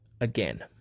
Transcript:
again